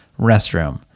restroom